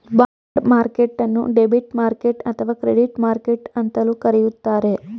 bond ಮಾರ್ಕೆಟ್ಟನ್ನು debit market ಅಥವಾ credit market ಅಂತಲೂ ಕರೆಯುತ್ತಾರೆ